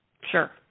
sure